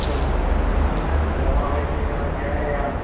औ बेबा मानसिफ्रा मा बायदि मा बायदिथाय आं